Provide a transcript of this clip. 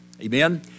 Amen